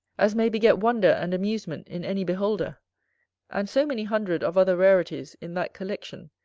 as may beget wonder and amusement in any beholder and so many hundred of other rarities in that collection,